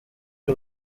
y’u